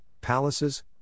palaces